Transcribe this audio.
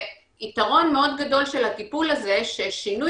והיתרון מאוד גדול של הטיפול הזה ששינוי